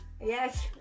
Yes